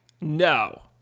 No